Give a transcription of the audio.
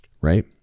right